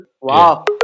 Wow